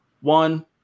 one